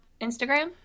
Instagram